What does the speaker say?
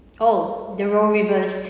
oh the role reverse